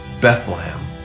Bethlehem